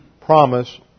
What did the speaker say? promise